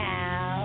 Now